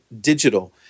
Digital